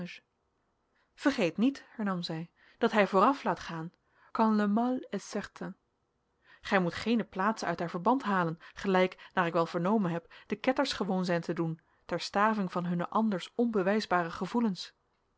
vergeet niet hernam zij dat hij vooraf laat gaan quand le mal est certain gij moet geene plaatsen uit haar verband halen gelijk naar ik wel vernomen heb de ketters gewoon zijn te doen ter staving van hunne anders onbewijsbare gevoelens